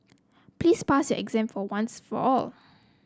please pass your exam for once for all